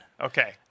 Okay